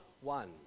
one